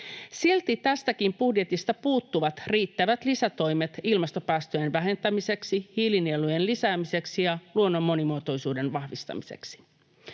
Silti tästäkin budjetista puuttuvat riittävät lisätoimet ilmastopäästöjen vähentämiseksi, hiilinielujen lisäämiseksi ja luonnon monimuotoisuuden vahvistamiseksi.